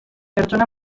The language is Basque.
pertsona